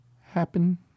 happen